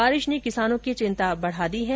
बारिश ने किसानों की चिंता बढ़ा दी है